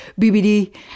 bbd